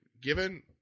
given